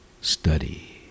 study